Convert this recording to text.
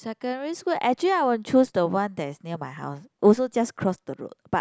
secondary school actually I want choose the one that is near my house also only just cross the road but